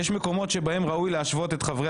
יש מקומות שבהם ראוי להשוות את חברי